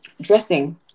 dressing